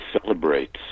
celebrates